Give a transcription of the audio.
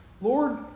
Lord